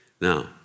Now